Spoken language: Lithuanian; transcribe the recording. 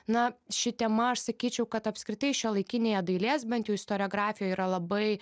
na ši tema aš sakyčiau kad apskritai šiuolaikinėje dailės bent jų istoriografijoje yra labai